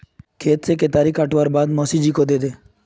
खेत से केतारी काटवार बाद मोसी जी को दे दे